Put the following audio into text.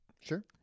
Sure